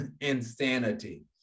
insanity